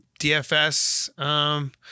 DFS